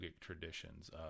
traditions